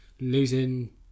losing